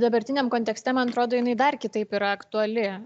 dabartiniam kontekste man atrodo jinai dar kitaip yra aktuali